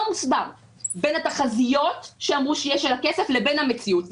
מוסבר בין התחזיות של הכסף לבין המציאות,